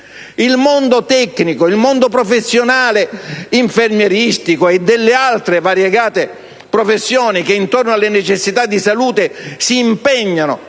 I mondi tecnico, professionale, infermieristico e delle altre variegate professioni che intorno alle necessità di salute si impegnano